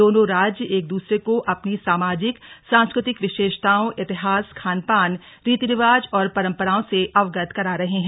दोनों राज्य एक दूसरे को अपनी सामाजिक सांस्कृतिक विशेषताओं इतिहास खान पान रीति रिवाज और परंपराओं से अवगत करा रहे हैं